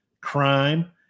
crime